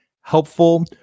helpful